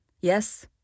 Yes